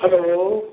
hello